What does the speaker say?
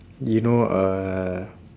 you know uh